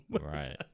right